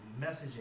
messaging